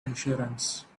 insurance